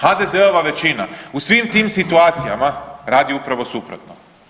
HDZ-ova većina u svim tim situacijama radi upravo suprotno.